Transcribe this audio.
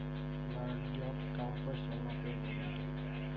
NADEP compost వలన ఉపయోగం ఏమిటి?